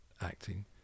acting